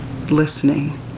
listening